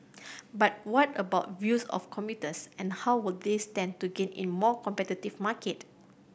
but what about views of commuters and how will they stand to gain in a more competitive market